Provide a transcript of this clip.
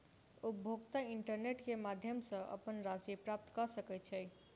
उपभोगता इंटरनेट क माध्यम सॅ अपन राशि प्राप्त कय सकै छै